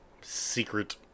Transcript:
secret